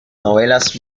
novelas